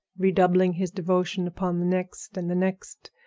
redoubling his devotion upon the next and the next,